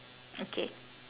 okay